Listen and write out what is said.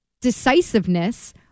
decisiveness